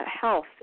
health